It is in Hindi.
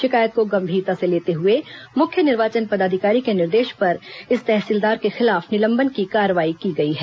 शिकायत को गंभीरता से लेते हए मुख्य निर्वाचन पदाधिकारी के निर्देश पर इस तहसीलदार के खिलाफ निलंबन की कार्रवाई की गई है